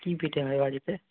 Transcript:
কি পিঠে হয় বাড়িতে